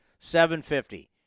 750